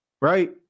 right